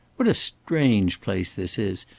what a strange place this is,